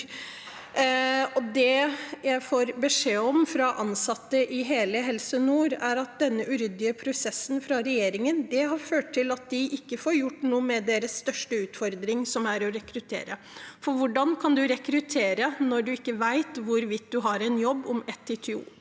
Det jeg får beskjed om fra ansatte i hele Helse Nord, er at denne uryddige prosessen fra regjeringen har ført til at de ikke får gjort noe med sin største utfordring, som er å rekruttere. Hvordan kan man rekruttere når man ikke vet hvorvidt man har en jobb om ett–to år?